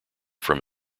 from